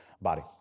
body